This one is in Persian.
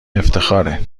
افتخاره